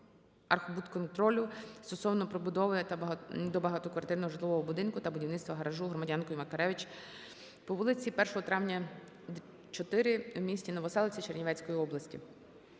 держархобудконтролю стосовно прибудови до багатоквартирного житлового будинку та будівництва гаражу громадянкою Макаревич по вулиці 1 Травня, 4 в місті Новоселиця Чернівецької області.